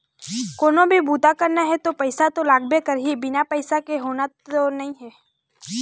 कोनो भी बूता करना हे त पइसा तो लागबे करही, बिना पइसा के होना नइ हे